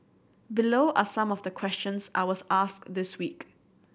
below are some of the questions I was asked this week